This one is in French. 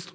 sont